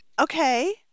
Okay